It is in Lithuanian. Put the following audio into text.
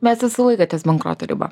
mes visą laiką ties bankroto riba